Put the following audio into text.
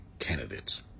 candidates